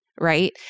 Right